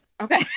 Okay